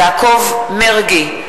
(קוראת בשמות חברי הכנסת) יעקב מרגי,